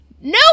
Nope